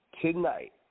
tonight